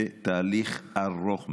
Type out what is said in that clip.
זה תהליך ארוך מאוד.